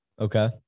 Okay